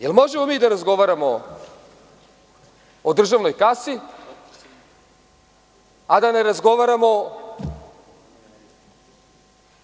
Da li možemo mi da razgovaramo o državnoj kasi, a da ne razgovaramo